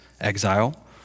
Exile